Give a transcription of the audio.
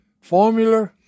formula